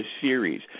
series